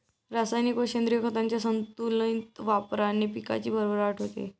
रासायनिक व सेंद्रिय खतांच्या संतुलित वापराने पिकाची भरभराट होते